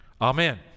Amen